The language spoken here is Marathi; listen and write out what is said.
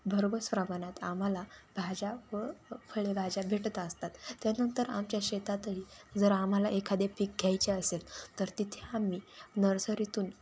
भरघोस प्रमाणात आम्हाला भाज्या व फळे भाज्या भेटत असतात त्यानंतर आमच्या शेतातही जर आम्हाला एखादे पीक घ्यायचे असेल तर तिथे आम्ही नर्सरीतून